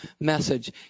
message